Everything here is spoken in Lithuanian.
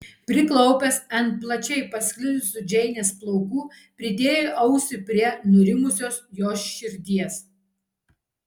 priklaupęs ant plačiai pasklidusių džeinės plaukų pridėjo ausį prie nurimusios jos širdies